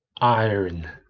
iron